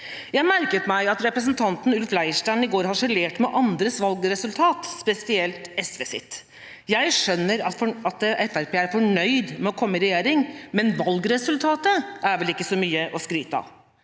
Jeg merket meg at representanten Ulf Leirstein i går harselerte med andres valgresultat, spesielt SV sitt. Jeg skjønner at Fremskrittspartiet er fornøyd med å komme i regjering, men valgresultatet er vel ikke så mye å skryte av.